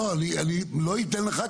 "המנהל",